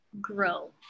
grow